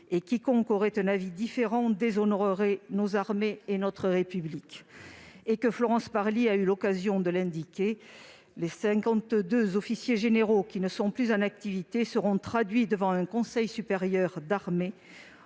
Quiconque aurait un avis différent déshonorerait nos armées et notre République. Florence Parly a eu l'occasion de l'indiquer, les 52 officiers généraux qui ne sont plus en activité seront traduits devant un conseil supérieur d'armée